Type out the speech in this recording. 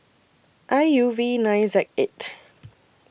I U V nine Z eight